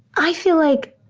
i feel like